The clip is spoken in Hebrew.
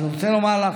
אני רוצה לומר לך